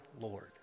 Lord